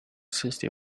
sixty